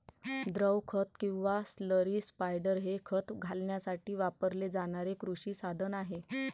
द्रव खत किंवा स्लरी स्पायडर हे खत घालण्यासाठी वापरले जाणारे कृषी साधन आहे